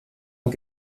und